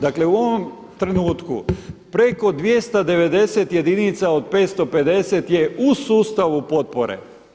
Dakle u ovom trenutku preko 290 jedinica od 550 je u sustavu potpore.